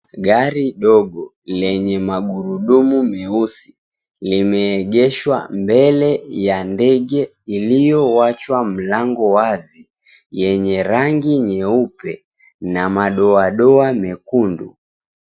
Gari dogo lenye magurudumu meusi limeegeshwa mbele ya ndege iliyowachwa mlango wazi, yenye rangi nyeupe na madoadoa mekundu.